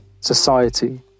society